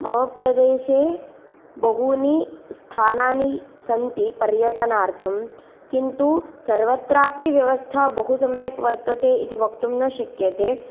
मम प्रदेशे बहूनि स्थानानि सन्ति पर्यटनार्थं किन्तु सर्वत्रापि व्यवस्था बहु सम्यक् वर्तते इति वक्तुं न शक्यते